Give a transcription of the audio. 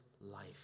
life